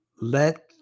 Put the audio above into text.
let